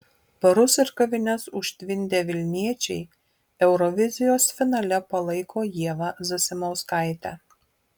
barus ir kavines užtvindę vilniečiai eurovizijos finale palaiko ievą zasimauskaitę